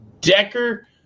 Decker